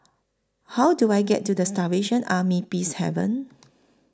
How Do I get to The Salvation Army Peacehaven